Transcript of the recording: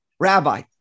Rabbi